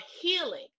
healing